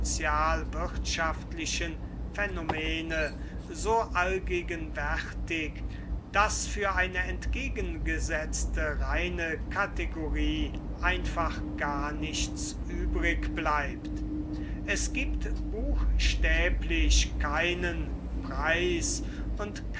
sozialwirtschaftlichen phänome so allgegenwärtig daß für eine entgegengesetzte reine kategorie einfach gar nichts übrig bleibt es gibt buchstäblich keinen preis und